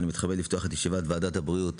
אני מתכבד לפתוח את ישיבת ועדת הבריאות